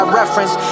reference